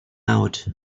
out